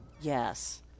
Yes